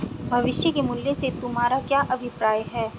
भविष्य के मूल्य से तुम्हारा क्या अभिप्राय है?